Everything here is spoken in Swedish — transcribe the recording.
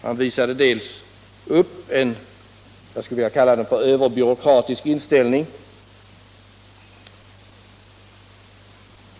Han visade bl.a. upp vad jag vill kalla för en överbyråkratisk inställning.